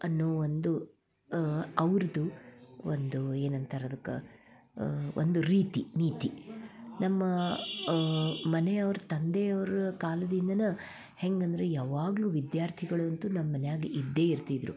ಅನ್ನೋ ಒಂದು ಅವ್ರದ್ದು ಒಂದು ಏನಂತಾರೆ ಅದಕ್ಕೆ ಒಂದು ರೀತಿ ನೀತಿ ನಮ್ಮ ಮನೆಯವ್ರು ತಂದೆಯವರು ಕಾಲದಿಂದಲೇ ಹೆಂಗಂದ್ರೆ ಯಾವಾಗ್ಲೂ ವಿದ್ಯಾರ್ಥಿಗಳಂತೂ ನಮ್ಮ ಮನ್ಯಾಗ ಇದ್ದೇ ಇರ್ತಿದ್ರು